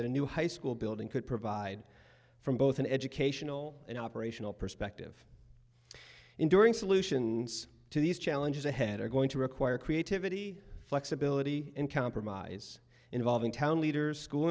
a new high school building could provide from both an educational and operational perspective enduring solutions to these challenges ahead are going to require creativity flexibility and compromise involving town leaders school